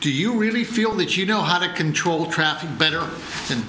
do you really feel that you know how to control traffic better than